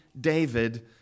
David